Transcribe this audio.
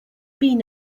been